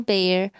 Bear